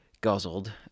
guzzled